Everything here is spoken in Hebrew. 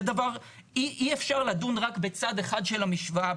אי אפשר לדון רק בצד אחד של המשוואה.